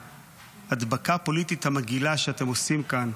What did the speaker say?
ההדבקה הפוליטית המגעילה שאתם עושים כאן,